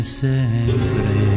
sempre